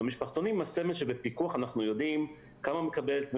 במשפחתונים שעם הסמל שבפיקוח אנחנו יודעים כמה מקבלת מבשלת,